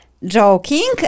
Joking